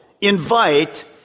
invite